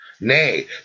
Nay